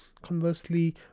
Conversely